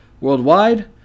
worldwide